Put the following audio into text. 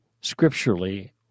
scripturally